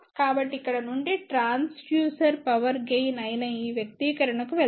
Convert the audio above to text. కాబట్టి ఇక్కడ నుండి ట్రాన్స్డ్యూసర్ పవర్ గెయిన్ అయిన ఈ వ్యక్తీకరణకు వెళ్దాం